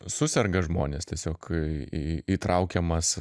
suserga žmonės tiesiog į įtraukiamas